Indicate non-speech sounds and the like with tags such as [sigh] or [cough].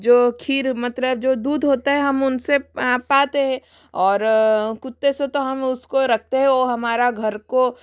जो खीर मतलब जो दूध होता है हम उनसे [unintelligible] पाते है और कुत्ते से तो हम उसको रखते है और हमारा घर को